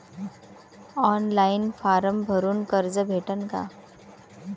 Online form भरून कर्ज भेटन का?